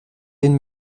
den